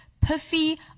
puffy